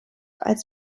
als